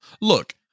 Look